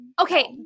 Okay